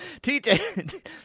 TJ